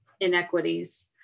inequities